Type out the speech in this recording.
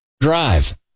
Drive